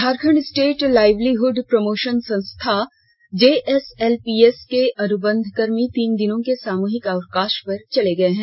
Jharkhand state livelihood promotion संस्थान JSLPS के अनुबंधकर्मी तीन दिनों के सामूहिक अवकाश पर चले गए हैं